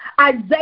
Isaiah